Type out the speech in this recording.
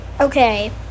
Okay